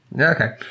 okay